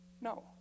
No